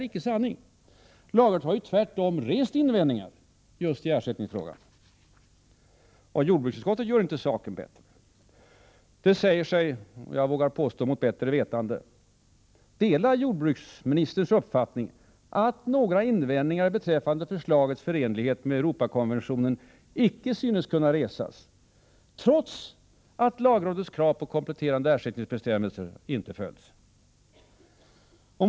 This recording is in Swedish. Lagrådet har ju tvärtom rest invändningar i just ersättningsfrågan. Jordbruksutskottet gör inte saken bättre. Det säger sig — jag vågar påstå mot bättre vetande — dela jordbruksministerns uppfattning att några invändningar beträffande förslagets förenlighet med Europakonventionen icke synes kunna resas, trots att lagrådets krav på kompletterande ersättningsbestämmelser inte följts.